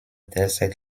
derzeit